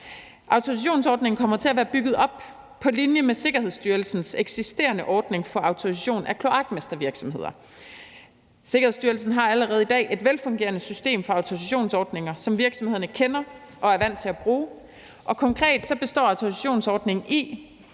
Autorisationsordningen kommer til at være bygget op på linje med Sikkerhedsstyrelsens eksisterende ordning for autorisation af kloakmestervirksomheder. Sikkerhedsstyrelsen har allerede i dag et velfungerende system for autorisationsordninger, som virksomhederne kender og er vant til at bruge. Konkret består autorisationsordningen i,